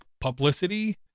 publicity